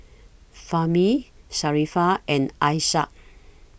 Fahmi Sharifah and Ishak